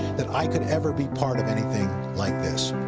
that i could ever be part of anything like this.